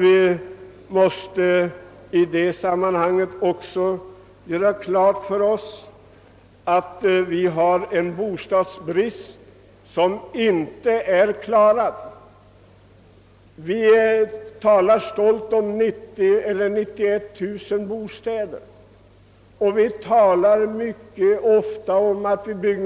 Vi måste också ha klart för oss att vi inte lyckats klara bostadsbristen. Vi talar stolt om våra 90000 eller 91000 nya lägenheter om året, och det sägs ofta